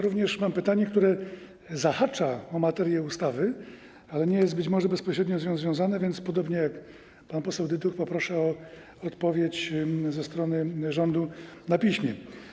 Również mam pytanie, które zahacza o materię ustawy, ale nie jest być może bezpośrednio z nią związane, więc -podobnie jak pan poseł Dyduch - poproszę o odpowiedź ze strony rządu na piśmie.